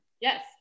Yes